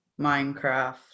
Minecraft